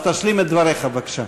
אז תשלים את דבריך, בבקשה.